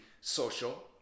social